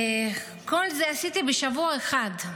את כל זה עשיתי בשבוע אחד.